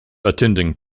attending